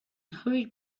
hurried